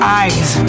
eyes